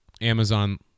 Amazon